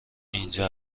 اینجا